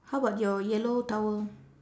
how about your yellow towel